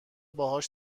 باهاش